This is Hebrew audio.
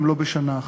גם לא בשנה אחת,